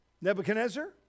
Nebuchadnezzar